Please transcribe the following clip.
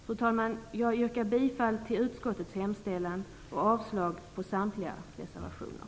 Fru talman! Jag yrkar bifall till utskottets hemställan och avslag på samtliga reservationer.